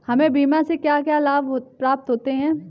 हमें बीमा से क्या क्या लाभ प्राप्त होते हैं?